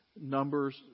numbers